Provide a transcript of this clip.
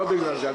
לא בגלל זה.